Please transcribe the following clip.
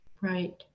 Right